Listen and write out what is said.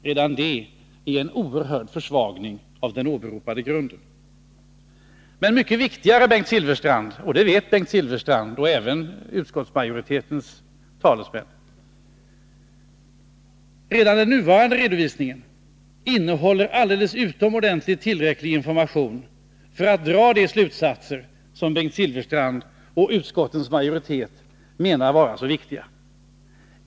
Redan detta innebär en oerhörd försvagning av den åberopade grunden till motionen. Men mycket viktigare är — och det vet Bengt Silfverstrand och även utskottsmajoriteten — att redan den nuvarande redovisningen innehåller tillräcklig information för att man skall kunna dra de slutsatser som Bengt Silfverstrand och utskottsmajoriteten tycker är så viktiga.